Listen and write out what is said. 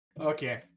Okay